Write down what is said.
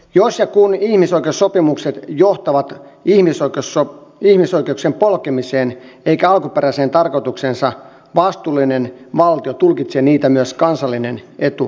jos ja kun ihmisoikeussopimukset johtavat ihmisoikeuksien polkemiseen eikä alkuperäiseen tarkoitukseensa vastuullinen valtio tulkitsee niitä myös kansallinen etu huomioiden